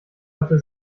hatte